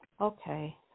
Okay